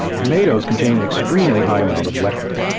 tomatoes contain an extremely high amount of lectins,